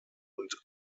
und